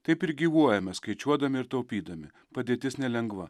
taip ir gyvuojame skaičiuodami ir taupydami padėtis nelengva